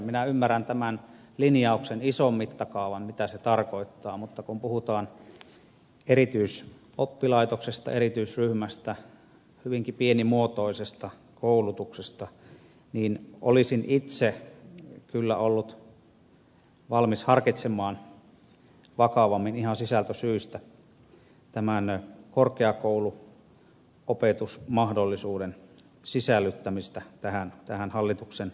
minä ymmärrän tämän linjauksen ison mittakaavan mitä se tarkoittaa mutta kun puhutaan erityisoppilaitoksesta erityisryhmästä hyvinkin pienimuotoisesta koulutuksesta niin olisin itse kyllä ollut valmis harkitsemaan vakavammin ihan sisältösyistä tämän korkeakouluopetusmahdollisuuden sisällyttämistä tähän hallituksen esitykseen